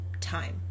time